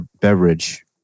beverage